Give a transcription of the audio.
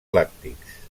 làctics